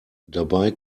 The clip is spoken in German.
dabei